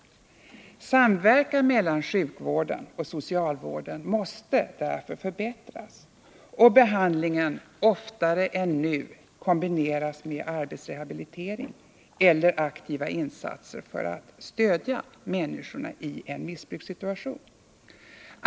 Samverkan mellan sjukvården och socialvården måste därför förbättras och behandlingen oftare än nu kombineras med arbetsrehabilitering eller aktiva insatser för att stödja människorna i en missbrukssituation.